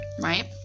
right